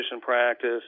practice